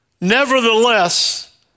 Nevertheless